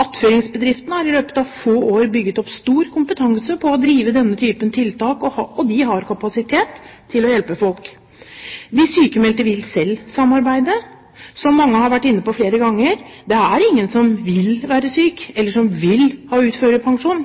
Attføringsbedriftene har i løpet av få år bygget opp stor kompetanse på å drive denne typen tiltak. Og de har kapasitet til å hjelpe folk. De sykmeldte vil selv samarbeide. Som mange har vært inne på flere ganger: Det er ingen som vil være syk, eller som vil ha uførepensjon.